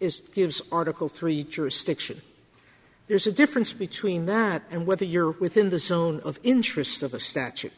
is gives article three jurisdiction there's a difference between that and whether you're within the zone of interest of a statute